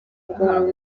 bwo